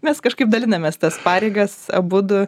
mes kažkaip dalinamės tas pareigas abudu